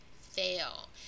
fail